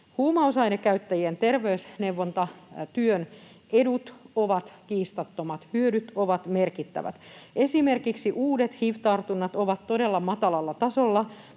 Huumausaineiden käyttäjien terveysneuvontatyön edut ovat kiistattomat, hyödyt ovat merkittävät. Esimerkiksi uudet hiv-tartunnat ovat todella matalalla tasolla